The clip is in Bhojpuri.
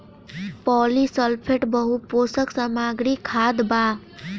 पॉलीसल्फेट बहुपोषक सामग्री खाद बा